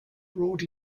broad